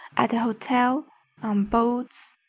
at the hotel, on boats,